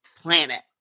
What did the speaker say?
planet